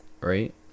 right